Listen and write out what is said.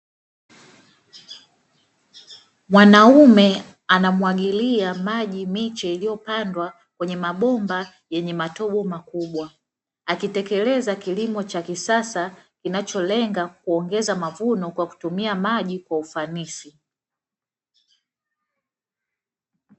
Mwanaume anamwagilia maji miche iliyopandwa kwenye mabomba yenye matobo makubwa, akitekeleza kilimo cha kisasa, kinacholenga kuongeza mavuno kwa kutumia maji kwa ufanisi.